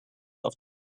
auf